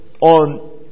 on